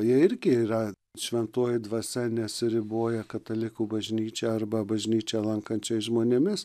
jie irgi yra šventoji dvasia nesiriboja katalikų bažnyčia arba bažnyčią lankančiais žmonėmis